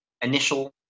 initial